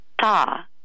ta